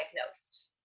diagnosed